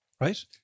Right